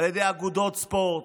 על ידי אגודות ספורט,